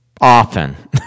Often